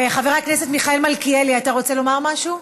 חבר הכנסת מיכאל מלכיאלי, אתה רוצה לומר משהו?